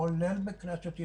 כולל בכנסת,